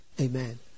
Amen